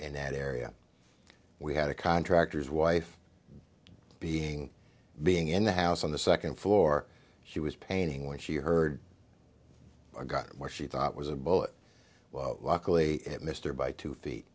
and that area we had a contractor's wife being being in the house on the second floor she was painting when she heard got what she thought was a bullet well luckily at mr by two feet